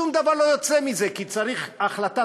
שום דבר לא יוצא מזה כי צריך החלטת